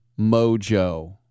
mojo